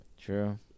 true